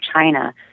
China